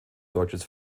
deutsches